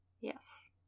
Yes